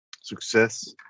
Success